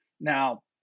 Now